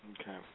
Okay